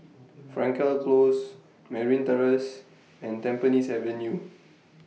Frankel Close Merryn Terrace and Tampines Avenue